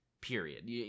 period